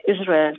Israel